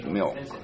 milk